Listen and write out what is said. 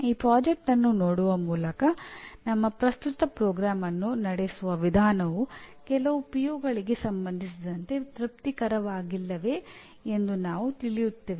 ಈ ಮ್ಯಾಟ್ರಿಕ್ಸ್ ಅನ್ನು ನೋಡುವ ಮೂಲಕ ನಮ್ಮ ಪ್ರಸ್ತುತ ಕಾರ್ಯಕ್ರಮವನ್ನು ನಡೆಸುವ ವಿಧಾನವು ಕೆಲವು ಪಿಒಗಳಿಗೆ ಸಂಬಂಧಿಸಿದಂತೆ ತೃಪ್ತಿಕರವಾಗಿಲ್ಲವೇ ಎಂದು ನಾವು ತಿಳಿಯುತ್ತೇವೆ